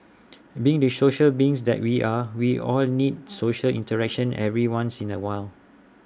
being the social beings that we are we all need social interaction every once in A while